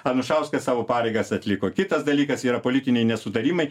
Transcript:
anušauskas savo pareigas atliko kitas dalykas yra politiniai nesutarimai